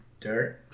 Dirt